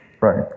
Right